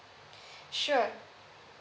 sure